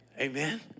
Amen